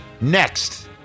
Next